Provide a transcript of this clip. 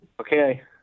Okay